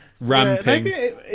ramping